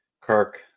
Kirk